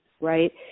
right